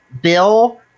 Bill